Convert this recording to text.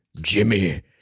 Jimmy